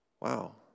Wow